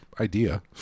idea